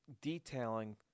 Detailing